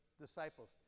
disciples